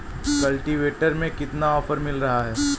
Cultivator में कितना offer मिल रहा है?